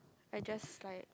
I just like